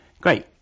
Great